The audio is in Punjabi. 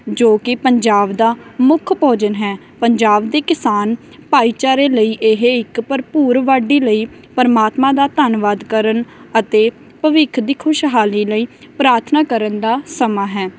ਜੋ ਕਿ ਪੰਜਾਬ ਦਾ ਮੁੱਖ ਭੋਜਨ ਹੈ ਪੰਜਾਬ ਦੇ ਕਿਸਾਨ ਭਾਈਚਾਰੇ ਲਈ ਇਹ ਇੱਕ ਭਰਪੂਰ ਵਾਢੀ ਲਈ ਪਰਮਾਤਮਾ ਦਾ ਧੰਨਵਾਦ ਕਰਨ ਅਤੇ ਭਵਿੱਖ ਦੀ ਖੁਸ਼ਹਾਲੀ ਲਈ ਪ੍ਰਾਰਥਨਾ ਕਰਨ ਦਾ ਸਮਾਂ ਹੈ